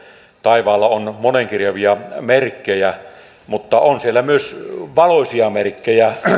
taivaalla on monenkirjavia merkkejä mutta on siellä myös valoisia merkkejä